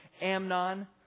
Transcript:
Amnon